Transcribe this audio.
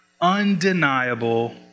undeniable